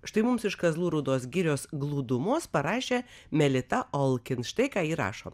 štai mums iš kazlų rūdos girios glūdumos parašė melita olkin štai ką ji rašo